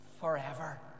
forever